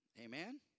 Amen